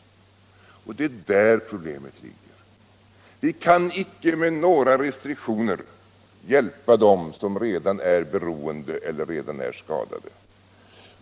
Det är där problemet ligger. Vi kan icke med några restriktioner hjälpa dem som redan är beroende eller redan är skadade.